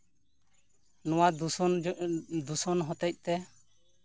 ᱱᱚᱣᱟ ᱫᱩᱥᱚᱱ ᱦᱚᱛᱮᱫ ᱛᱮ